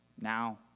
now